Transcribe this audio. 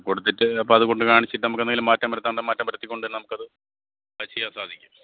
കൊടുത്തിട്ട് അപ്പോള് അതുകൊണ്ടുക്കാണിച്ചിട്ട് നമുക്കെന്തെങ്കിലും മാറ്റം വരുത്താനുണ്ടെങ്കില് അതു മാറ്റം വരുത്തിക്കൊണ്ട് നമുക്കതു ചെയ്യൻ സാധിക്കും